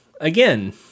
again